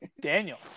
Daniel